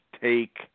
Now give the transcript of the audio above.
take